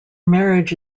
marriage